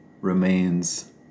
remains